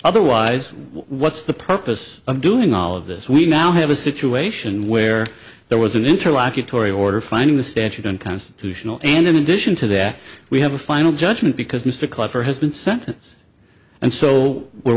otherwise what's the purpose of doing all of this we now have a situation where there was an interlocutory order finding the statute unconstitutional and in addition to that we have a final judgment because mr clapper has been sentence and so we're